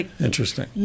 Interesting